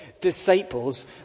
disciples